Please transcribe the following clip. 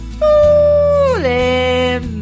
fooling